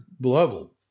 level